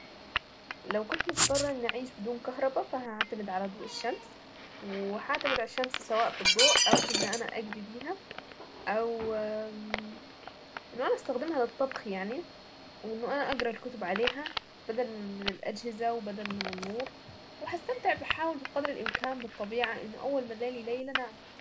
لو كنت مضطرة اني اعيش بدون كهربا فهعتمد على ضوء الشمس وهعتمد على الشمس سواء في الضوء او في ان انا اقلي بيها، او مم ان انا استخدمها للطبخ يعني، وانه انا اقرا الكتب عليها بدلا من الاجهزة وبدل من النور، وهستمتع بحاول بقدر الامكان بالطبيعة لان اول ما الليل يليل انام.